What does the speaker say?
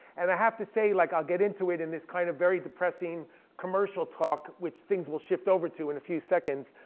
and i have to say, like i'll get into it, in this kind of very depressing commercial talk which things will shift over to in a few seconds.